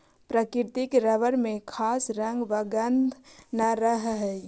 प्राकृतिक रबर में खास रंग व गन्ध न रहऽ हइ